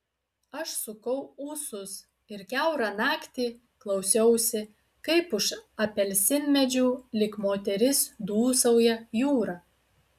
aš sukau ūsus ir kiaurą naktį klausiausi kaip už apelsinmedžių lyg moteris dūsauja jūra